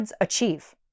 achieve